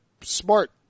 smart